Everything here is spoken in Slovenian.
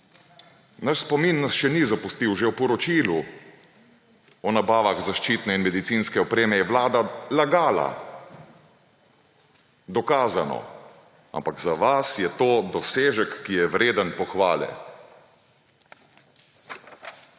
Nas spomin še ni zapustil. Že v poročilu o nabavah zaščitne in medicinske opreme je vlada lagala, dokazano, ampak za vas je to dosežek, ki je vreden pohvale.